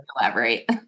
elaborate